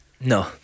No